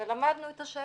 ולמדנו את השטח.